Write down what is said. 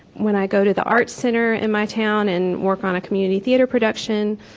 when i go to the art center in my town and work on a community theater production,